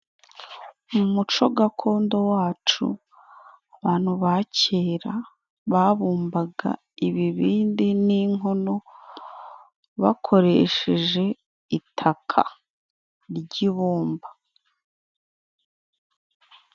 Mu muco gakondo wacu, abantu ba kera babumbaga ibibindi n'inkono bakoresheje itaka ry'ibumba.